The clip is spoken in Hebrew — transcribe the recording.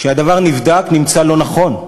כשהדבר נבדק, היא נמצאה לא נכונה.